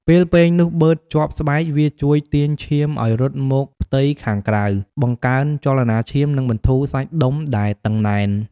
ពេលពែងនោះបឺតជាប់ស្បែក វាជួយទាញឈាមឲ្យរត់មកផ្ទៃខាងក្រៅ បង្កើនចលនាឈាម និងបន្ធូរសាច់ដុំដែលតឹងណែន។